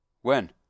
When